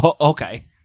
Okay